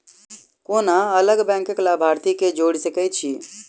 कोना अलग बैंकक लाभार्थी केँ जोड़ी सकैत छी?